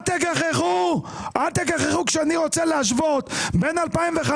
אל תגחכו כשאני רוצה להשוות בין 2015,